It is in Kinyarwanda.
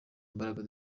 imbaraga